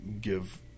give